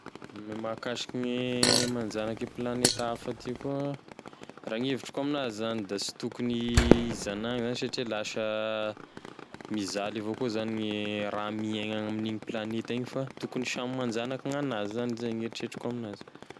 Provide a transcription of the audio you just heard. Gne mahakasiky gne manjanaky planeta hafa ty koa, raha gn'evitriko aminazy zany da sy tokony hizanahany zany satria lasa mizaly avao koa zany gne raha miaigny any amign'igny planeta igny fa tokony samy manzanaky gn'anazy zany, zay gn'eritreritriko aminazy.